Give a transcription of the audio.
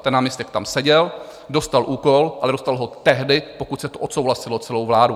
Ten náměstek tam seděl, dostal úkol, ale dostal ho tehdy, pokud se to odsouhlasilo celou vládou.